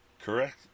Correct